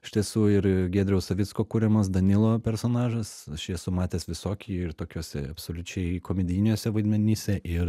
iš tiesų ir giedriaus savicko kuriamas danilo personažas aš jį esu matęs visokį ir tokiuose absoliučiai komedijiniuose vaidmenyse ir